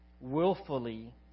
willfully